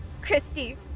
Christy